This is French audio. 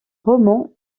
roman